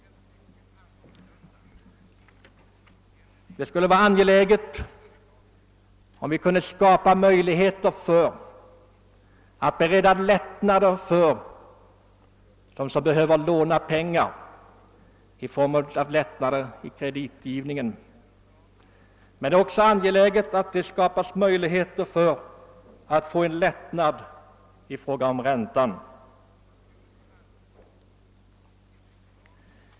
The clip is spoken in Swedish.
Det är angeläget att skapa möjligheter till lättnader i kreditgivningen för dem som behöver låna pengar, men det är också angeläget att söka åstadkomma lättnader i fråga om räntan.